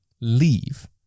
leave